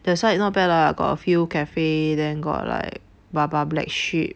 that side not bad lah got a few cafe then got like Bar Bar Black Sheep